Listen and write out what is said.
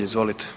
Izvolite.